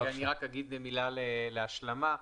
אני אומר מילה להשלמה.